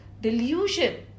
Delusion